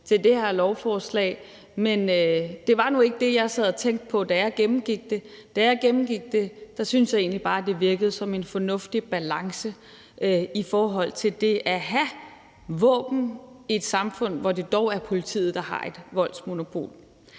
til det her lovforslag, men det var nu ikke det, jeg sad og tænkte på, da jeg gennemgik det. Da jeg gennemgik det, syntes jeg egentlig bare, at det virkede som en fornuftig balance i forhold til det at have våben i et samfund, hvor det dog er politiet, der har et voldsmonopol.